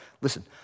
Listen